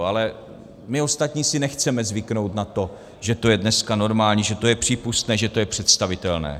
Ale my ostatní si nechceme zvyknout na to, že to je dneska normální, že to je přípustné, že to je představitelné.